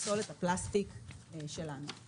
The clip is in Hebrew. פסולת הפלסטיק שלנו.